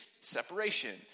separation